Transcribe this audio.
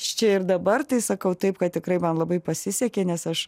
čia ir dabar tai sakau taip kad tikrai man labai pasisekė nes aš